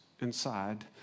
inside